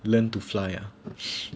learn to fly ah